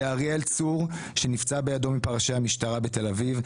לאריאל צור שנפצע בידו מפרשי המשטרה בתל אביב,